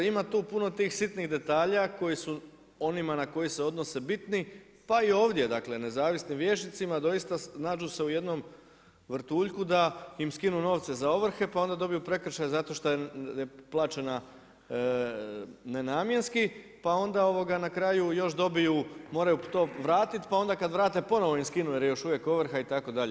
Ima tu puno tih sitnih detalja koji su onima na koje odnose bitni, pa i ovdje, dakle nezavisnim vijećnicama doista nađu se u jednom vrtuljku da im skinu novce za ovrhe pa onda dobiju prekršaj zato šta je plaćena nenamjenski, pa onda na kraju još moraju to vratiti, pa onda kad vrate ponovno im skinu jer je još uvijek ovrha itd.